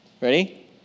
Ready